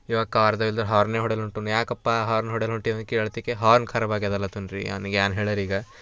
ಇವ ಕಾರ್ದಾಗಿಲ್ದರು ಹಾರ್ನೆ ಹೊಡಿಯಲ್ಲೊಂಟೊನು ಯಾಕಪ್ಪ ಹಾರ್ನ್ ಹೊಡಿಯಲೊಂಟಿ ಅಂತ ಕೇಳ್ತಿಕೆ ಹಾರ್ನ್ ಖರಾಬ್ ಆಗ್ಯಾದಲತಂದರಿ ಅವ್ನಿಗೆ ಏನ್ ಹೇಳರೀಗ